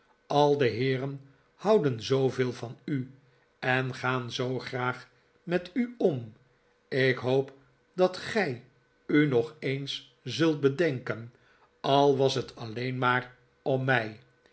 al de heeren houden zooveel van u en gaan zoo graag met u om ik hoop dat gij u nog eens zult bedenken al was het alleen maar om mij